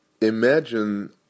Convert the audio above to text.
Imagine